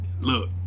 Look